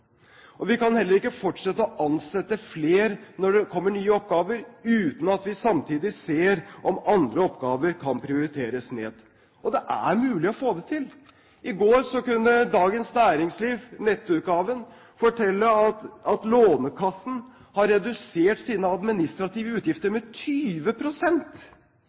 Vi kan heller ikke fortsette å ansette flere når det kommer nye oppgaver, uten at vi samtidig ser om andre oppgaver kan prioriteres ned. Og det er mulig å få det til. I går kunne Dagens Næringsliv, nettutgaven, fortelle at Lånekassen har redusert sine administrative utgifter med